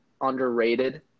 underrated